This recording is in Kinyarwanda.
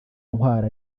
ntwaro